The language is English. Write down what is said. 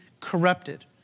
corrupted